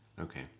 Okay